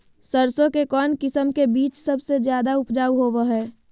सरसों के कौन किस्म के बीच सबसे ज्यादा उपजाऊ होबो हय?